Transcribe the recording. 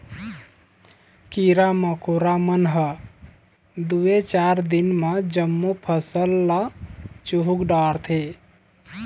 कीरा मकोरा मन ह दूए चार दिन म जम्मो फसल ल चुहक डारथे